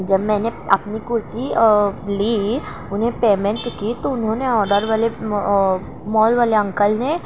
جب میں نے اپنی کرتی لی انہیں پیمنٹ کی تو انہوں نے آڈر والے مال والے انکل نے